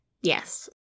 Yes